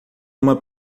uma